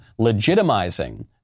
legitimizing